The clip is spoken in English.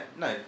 No